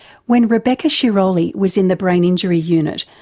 when rebecca sciroli was in the brain injury unit,